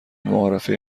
معارفه